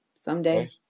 someday